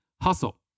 Hustle